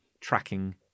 tracking